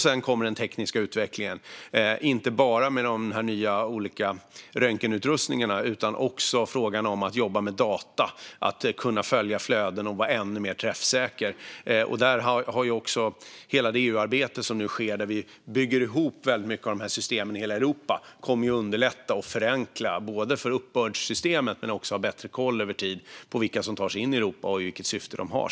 Sedan kommer den tekniska utvecklingen, inte bara med de nya olika röntgenutrustningarna, utan också frågan om att jobba med data, kunna följa flöden och vara ännu mer träffsäker. Där har vi också hela det EU-arbete som nu sker där vi bygger ihop väldigt många av de här systemen i Europa. Det kommer att underlätta och förenkla både uppbördssystemet och när det gäller att ha bättre koll över tid på vilka som tar sig in i Europa och vilket syfte de har.